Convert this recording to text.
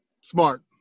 Smart